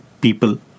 people